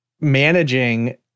managing